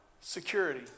security